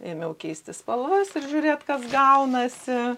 ėmiau keisti spalvas ir žiūrėt kas gaunasi